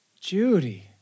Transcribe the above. Judy